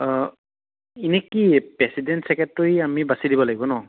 এনেই কি president secretary আমি বাচি দিব লাগিব ন